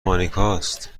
مانیکاست